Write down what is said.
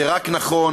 זה רק נכון.